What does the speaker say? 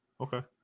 Okay